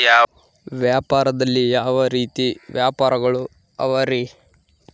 ವ್ಯಾಪಾರದಲ್ಲಿ ಯಾವ ರೇತಿ ವ್ಯಾಪಾರಗಳು ಅವರಿ?